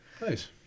nice